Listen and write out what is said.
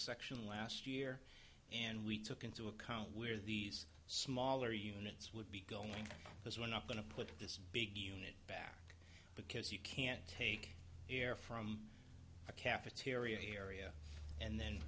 section last year and we took into account where these smaller units would be going because we're not going to put this big unit back because you can't take air from a cafeteria area and then